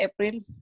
April